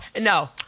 No